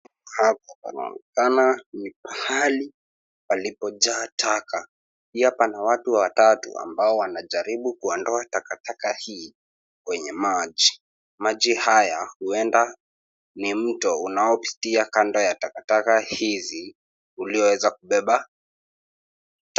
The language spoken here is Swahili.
Hapa panaonekana ni pahali palipojaa taka. Pia pana watu watatu ambao wanaojaribu kuondoa takataka hii kwenye maji. Maji haya huenda ni mto unaopitia kando ya takataka hizi ulioweza kubeba taka.